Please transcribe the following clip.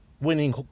winning